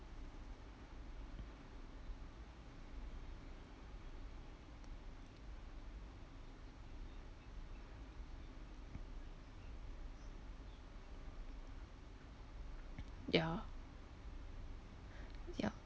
ya ya